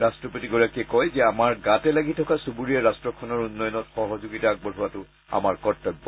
ৰাষ্ট্ৰপতিগৰাকীয়ে কয় যে আমাৰ গাতে লাগি থকা চুবুৰীয়া ৰাট্ৰখনৰ উন্নয়নত সহযোগিতা আগবঢ়োৱাতো আমাৰ কৰ্তব্য